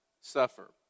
suffer